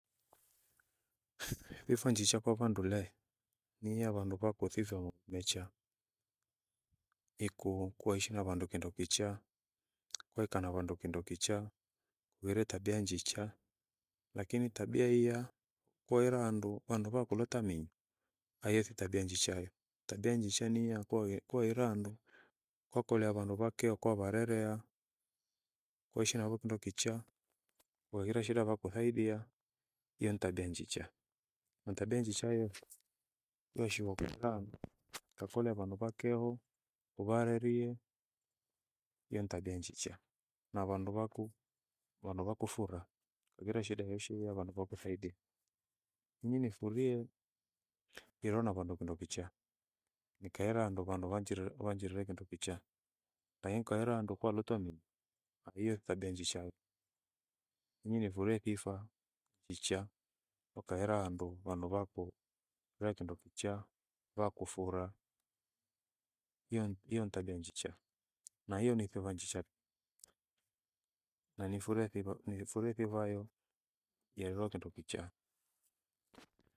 Thifa njicha kwa vandu lee, ni ya vandu vako thitho mecha ikuu kwaishi an avandu kindo kichaa, kwaikaa na vandu kindo kichaa, uwira tabia njicha lakini tabiaya hiya kohela handu, wandu wakulota mii hai thi tabia njicha yo. Tabia njicha niya kuhera handu, kwakolea vandu vakeo kwavarereha, kuishi na wew kindo kichaa, ughire shida vakuthaidia, hiyo ni tabia njicha. Natabia njicha hiyo yeshivoko lama kakolea vandu vakeho uvarerie hiyo ni tabia njicha. Na vandu vaku, vandu vakufura hughire shida yoyoshe hiyo vandu vakuthaidia. Inyi nifurie kilona vandu kindo kichaa. Nikahela handu vandu vanjire- wanjilire kindu kichaa, pai nkwahera handu kalutomi havie hiyo thi tabia njicha. Inywi nifurie tifaa, michaa, ukahela handu vandu vako vae kindo kichaa vakufura. Hiyo- hiyo nitabia njicha, na hiyo ni thiva njisha. Na nifurie thiva niifurie thivayo, yarulo kindu kichaa.